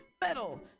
metal